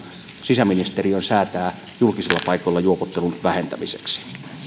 sisäministeriö säätää julkisilla paikoilla juopottelun vähentämisestä